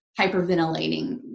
hyperventilating